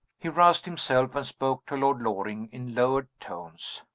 he roused himself, and spoke to lord loring in lowered tones.